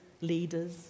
leaders